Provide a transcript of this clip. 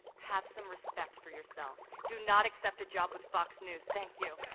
have some respect for yourself. do not accept a job with fox news. thank you.